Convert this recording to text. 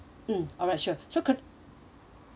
mm alright sure so could